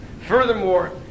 Furthermore